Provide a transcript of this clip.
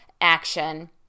action